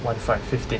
one five fifteen